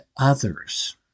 others